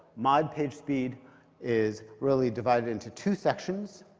mod pagespeed is really divided into two sections.